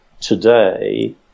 today